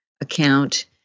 account